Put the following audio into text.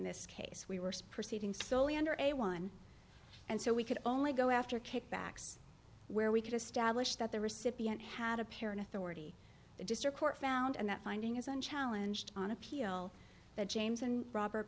this case we were speeding silly under a one and so we could only go after kickbacks where we could establish that the recipient had apparent authority the district court found and that finding is unchallenged on appeal that james and robert